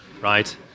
right